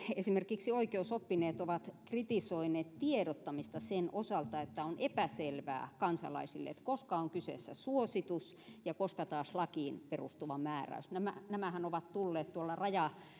esimerkiksi oikeusoppineet ovat kritisoineet tiedottamista sen osalta että on epäselvää kansalaisille koska on kyseessä suositus ja koska taas lakiin perustuva määräys nämähän ovat tulleet tuolla